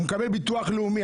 מקבל ביטוח לאומי.